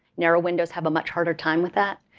narrow windows have a much harder time with that.